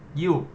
you